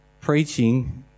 preaching